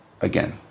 again